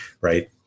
Right